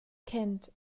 kennt